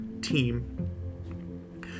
team